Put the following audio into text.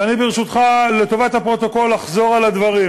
ואני, ברשותך, לטובת הפרוטוקול אחזור על הדברים,